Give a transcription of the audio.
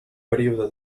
període